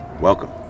welcome